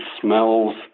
smells